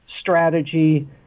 strategy